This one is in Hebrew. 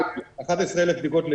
כ-11,000 בדיקות ליום.